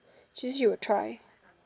see see you try